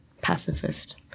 pacifist